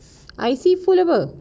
I_C full apa